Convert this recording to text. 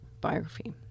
biography